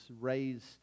raised